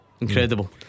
Incredible